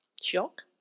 Shock